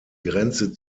grenze